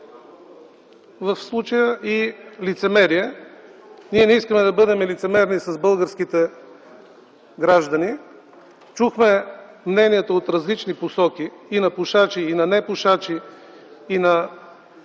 в случая. Ние не искаме да бъдем лицемерни с българските граждани. Чухме мнения от различни посоки – на пушачи, и на непушачи, и на